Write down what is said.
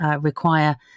require